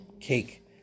cake